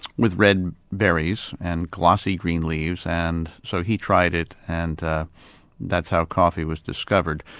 with red berries, and glossy green leaves, and so he tried it and that's how coffee was discovered.